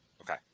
Okay